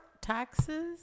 taxes